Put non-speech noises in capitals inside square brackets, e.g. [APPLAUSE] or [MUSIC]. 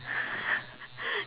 [LAUGHS]